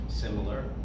similar